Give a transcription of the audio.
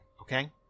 okay